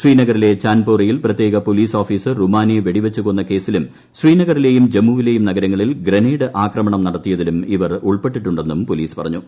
ശ്രീനഗറിലെ ചാൻപോറയിൽ പ്രത്യേക പൊലീസ് ഓഫീസർ റുമാനെ വെടിവച്ച് കൊന്ന കേസിലും ശ്രീനഗറിലേയും ജമ്മുവിലേയും നഗരങ്ങളിൽ ഗ്രനേഡ് ആക്രമണം നടത്തിയതിലും ഇവർ ഉൾപ്പെട്ടിട്ടുണ്ടെന്നും പൊലീസ് പറഞ്ഞു